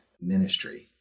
ministry